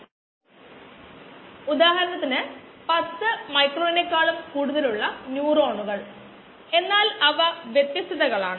നമ്മൾ എല്ലാത്തിനേം ആളക്കാവുന്ന അളവുകൾ ഉപയോഗിച്ച് എഴുതുന്നു